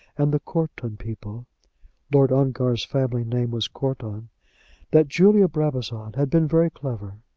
and the courton people lord ongar's family name was courton that julia brabazon had been very clever.